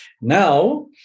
now